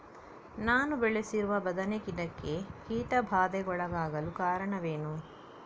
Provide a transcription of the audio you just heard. ನಾನು ಬೆಳೆಸಿರುವ ಬದನೆ ಗಿಡಕ್ಕೆ ಕೀಟಬಾಧೆಗೊಳಗಾಗಲು ಕಾರಣವೇನು?